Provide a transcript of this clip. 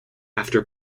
after